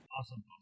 Awesome